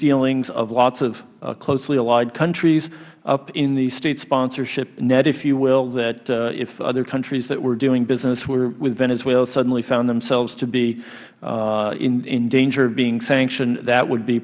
dealings of lots of closely allied countries up in the state sponsorship net if you will that if other countries that were doing business with venezuela suddenly found themselves to be in danger of being sanctioned that would be